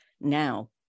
Now